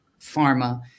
pharma